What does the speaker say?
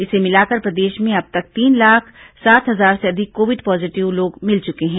इसे मिलाकर प्रदेश में अब तक तीन लाख सात हजार से अधिक कोविड पॉजीटिव लोग मिल चुके हैं